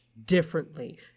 differently